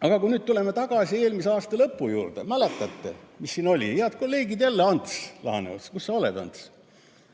Kui me nüüd tuleme tagasi eelmise aasta lõpu juurde, mäletate, mis siin oli? Head kolleegid, jälle Ants Laaneots! Kus sa oled, Ants?